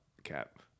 Cap